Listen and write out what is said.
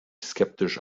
skeptisch